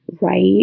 right